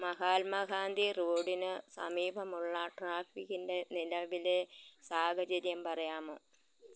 മഹാത്മാഗാന്ധി റോഡിന് സമീപമുള്ള ട്രാഫിക്കിൻ്റെ നിലവിലെ സാഹചര്യം പറയാമോ